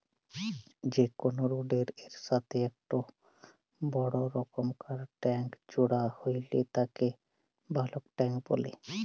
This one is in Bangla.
যে কোনো রোডের এর সাথেই একটো বড় রকমকার ট্যাংক জোড়া হইলে তাকে বালক ট্যাঁক বলে